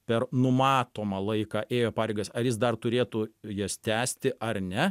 per numatomą laiką ėjo pareigas ar jis dar turėtų jas tęsti ar ne